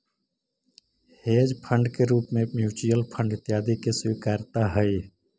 hedge fund के रूप में म्यूच्यूअल फंड इत्यादि के स्वीकार्यता हई